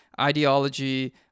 ideology